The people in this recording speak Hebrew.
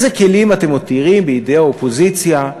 איזה כלים אתם מותירים בידי האופוזיציה,